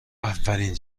اولین